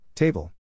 Table